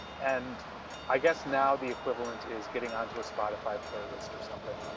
and i guess now the equivalent is getting onto a spotify playlist or something.